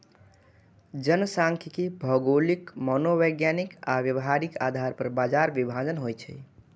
जनखांख्यिकी भौगोलिक, मनोवैज्ञानिक आ व्यावहारिक आधार पर बाजार विभाजन होइ छै